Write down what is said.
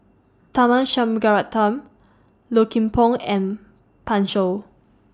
Tharman Shanmugaratnam Low Kim Pong and Pan Shou